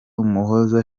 umuhoza